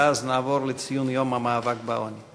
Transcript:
ואז נעבור לציון יום המאבק בעוני.